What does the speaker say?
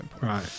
Right